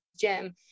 gym